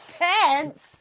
pants